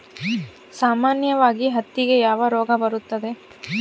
ಸಾಮಾನ್ಯವಾಗಿ ಹತ್ತಿಗೆ ಯಾವ ರೋಗ ಬರುತ್ತದೆ?